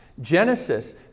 Genesis